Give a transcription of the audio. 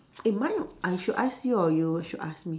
eh mine I should I ask you or you should ask me